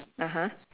(uh huh)